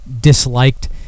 disliked